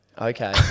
Okay